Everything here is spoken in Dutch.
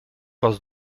was